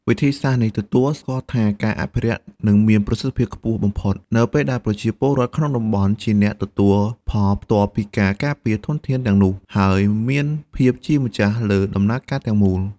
វិធីសាស្រ្តនេះទទួលស្គាល់ថា ការអភិរក្សនឹងមានប្រសិទ្ធភាពខ្ពស់បំផុត នៅពេលដែលប្រជាពលរដ្ឋក្នុងតំបន់ជាអ្នកទទួលផលផ្ទាល់ពីការការពារធនធានទាំងនោះ ហើយមានភាពជាម្ចាស់លើដំណើរការទាំងមូល។